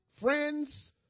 friends